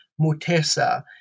Mutesa